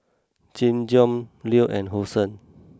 Nin Jiom Leo and Hosen